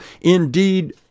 Indeed